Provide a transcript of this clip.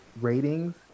ratings